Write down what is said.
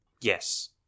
Yes